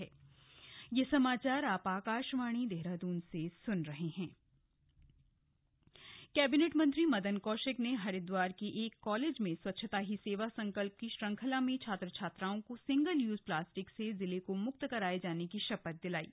शपथ हरिद्वार कैबिनेट मंत्री मदन कौशिक ने हरिद्वार के एक कॉलेज में स्वच्छता ही सेवा संकल्प की श्रृंखला में छात्र छात्राओं को सिंगल यूज प्लास्टिक से जिले को मुक्त कराये जाने की शपथ दिलायी